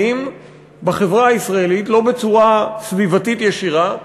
בחברה הישראלית לא בצורה סביבתית ישירה,